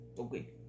Okay